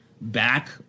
back